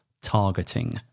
targeting